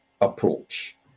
approach